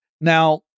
Now